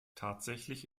tatsächlich